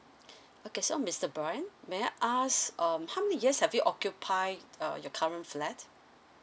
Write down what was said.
okay so mister brian may I ask um how many years have you occupied err your current flat